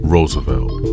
Roosevelt